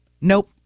Nope